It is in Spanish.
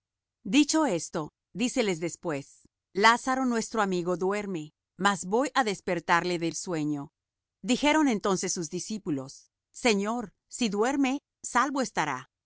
dicho esto díceles después lázaro nuestro amigo duerme mas voy á despertarle del sueño dijeron entonces sus discípulos señor si duerme salvo estará